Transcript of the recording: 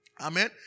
Amen